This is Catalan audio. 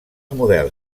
models